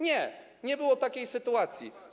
Nie, nie było takiej sytuacji.